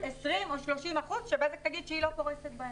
על אותם 20 או 30 אחוזים שבזק תגיד שהוא לא פורסת בהם.